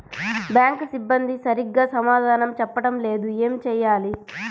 Bank సిబ్బంది సరిగ్గా సమాధానం చెప్పటం లేదు ఏం చెయ్యాలి?